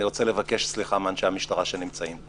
ואני רוצה לבקש סליחה מאנשי המשטרה שנמצאים פה.